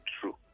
True